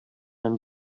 and